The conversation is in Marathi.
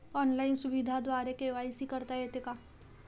ऑनलाईन सुविधेद्वारे के.वाय.सी करता येते का?